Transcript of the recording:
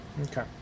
Okay